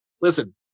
listen